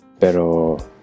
Pero